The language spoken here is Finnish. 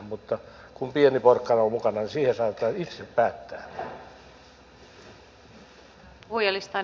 mutta kun pieni porkkana on mukana niin siinä saadaan itse päättää